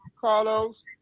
Carlos